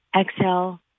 Exhale